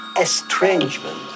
estrangement